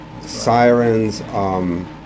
sirens